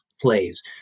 plays